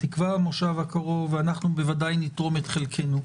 בתקווה שבמושב הקרוב, ובוודאי שנתרום את חלקנו.